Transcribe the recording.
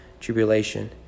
tribulation